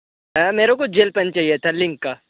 हैं मेरे को जैल पेन चाहिए था लिंक का